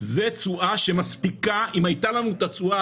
זו תשואה שמספיקה אם הייתה לנו את התשואה